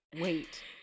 Wait